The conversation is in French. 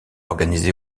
organisé